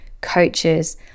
coaches